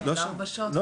לא,